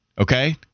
Okay